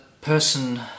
person